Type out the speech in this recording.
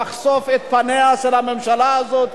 אנחנו נחשוף את פניה של הממשלה הזאת,